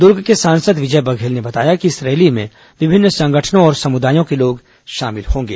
दूर्ग के सांसद विजय बघेल ने बताया कि इस रैली मेँ विभिन्न संगठनों और समुदायों के लोग शामिल होंगे